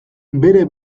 bere